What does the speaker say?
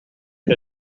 que